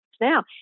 now